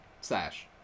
slash